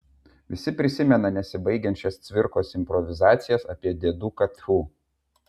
visi prisimena nesibaigiančias cvirkos improvizacijas apie dėduką tfu